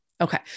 okay